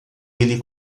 ele